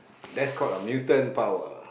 that's called a mutant power